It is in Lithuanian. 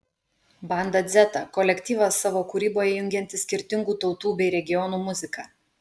banda dzeta kolektyvas savo kūryboje jungiantis skirtingų tautų bei regionų muziką